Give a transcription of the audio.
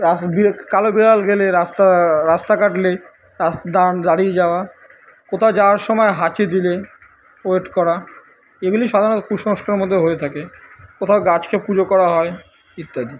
রাস্তা বি কালো বিড়াল গেলে রাস্তা রাস্তা কাটলে রাস দাঁ দাঁড়িয়ে যাওয়া কোথাও যাওয়ার সময় হাঁচি দিলে ওয়েট করা এগুলি সাধারণত কুসংস্কারের মধ্যে হয়ে থাকে কোথাও গাছকে পুজো করা হয় ইত্যাদি